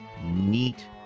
neat